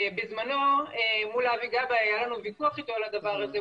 בזמנו מול אבי גבאי היה לנו ויכוח אתו על הדבר הזה.